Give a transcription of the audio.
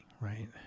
right